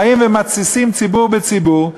באים ומתסיסים ציבור בציבור,